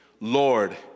Lord